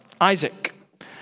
Isaac